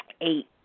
Eight